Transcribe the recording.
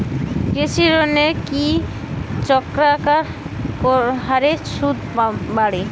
কৃষি লোনের কি চক্রাকার হারে সুদ বাড়ে?